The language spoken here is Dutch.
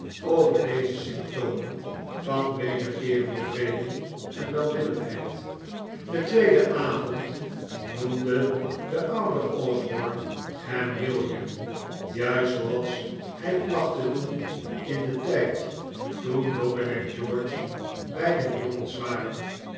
over deze symptomen van wederkeerende vrede en welwillendheid den tweeden avond noemde de oude osborne hem william juist zooals hij placht te doen in den tijd toen dobbin en george beiden jongens waren